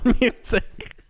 music